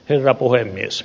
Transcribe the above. herra puhemies